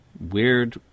weird